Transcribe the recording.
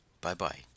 bye-bye